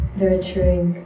nurturing